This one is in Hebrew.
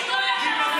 תפסיקו עם זה.